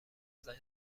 زنگ